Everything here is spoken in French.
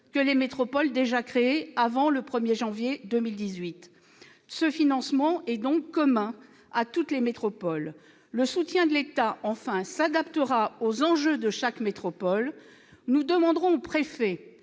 que les métropoles déjà créées avant le 1 janvier 2018. Ce financement est donc commun à toutes les métropoles. Enfin, le soutien de l'État s'adaptera aux enjeux de chaque métropole. Nous demanderons aux préfets